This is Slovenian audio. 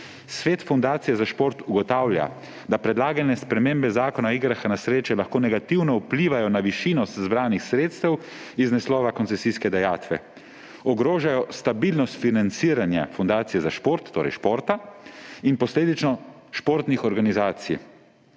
»Svet Fundacije za šport ugotavlja, da predlagane spremembe Zakona o igrah na srečo lahko negativno vplivajo na višino zbranih sredstev z naslova koncesijske dajatve. Ogrožajo stabilnost financiranja Fundacije za šport, torej športa, in posledično športnih organizacij.